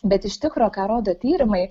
bet iš tikro ką rodo tyrimai